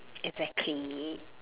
exactly